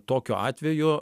tokiu atveju